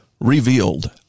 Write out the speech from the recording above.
revealed